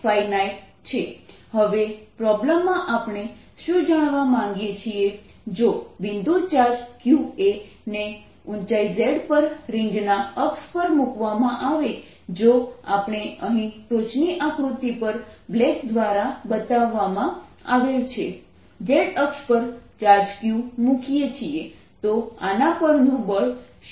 q2π00Rdr2π0R હવે પ્રોબ્લેમમાં આપણે શું જાણવા માંગીએ છીએ જો બિંદુ ચાર્જ q એ ને ઊંચાઈ z પર રિંગના અક્ષ પર મૂકવામાં આવે જો આપણે અહીં ટોચની આકૃતિ પર બ્લેક દ્વારા બતાવેલ z અક્ષ પર ચાર્જ q મૂકીએ છીએ તો આના પરનું બળ શું છે